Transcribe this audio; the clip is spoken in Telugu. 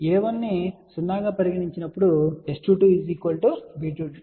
a1 0 గా పరిగణించి నప్పుడు S22 b2a2 అవుతుంది